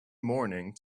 morning